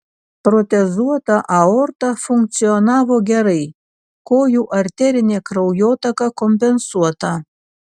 protezuota aorta funkcionavo gerai kojų arterinė kraujotaka kompensuota